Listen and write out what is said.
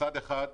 מצד אחד,